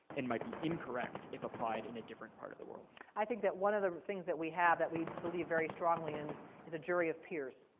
and might be incorrect if applied in a different part of the world? i think that one of the things that we have that we believe very strongly in is a jury of peers,